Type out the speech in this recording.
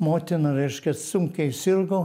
motina reiškia sunkiai sirgo